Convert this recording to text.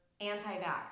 anti-vax